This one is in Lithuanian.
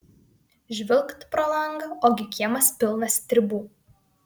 žvilgt pro langą ogi kiemas pilnas stribų